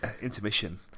Intermission